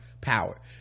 power